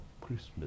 Christmas